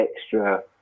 extra